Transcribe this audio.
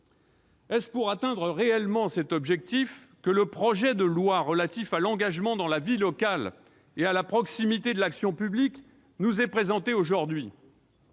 pour atteindre cet objectif que le projet de loi relatif à l'engagement dans la vie locale et à la proximité de l'action publique nous est présenté aujourd'hui ?